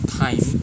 time